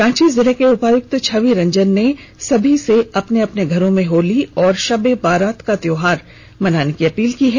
रांची जिले के उपायुक्त छवि रंजन ने सभी से अपने अपने घरों में होली और शब ए बारात का त्योहार मनाने की अपील की है